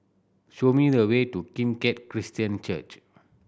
show me the way to Kim Keat Christian Church